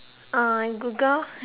uh Google